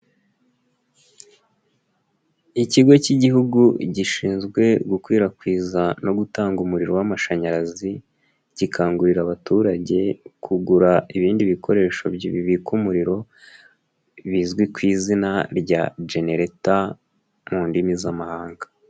Ikigo k'igihugu gishinzwe gukwirakwiza no gutanga umuriro w'amashanyarazi, gikangurira abaturage kugura ibindi bikoresho bibika umuriro bizwi ku izina rya generata mu ndimi z'amahanga.